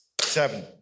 Seven